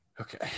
Okay